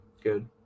Good